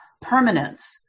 permanence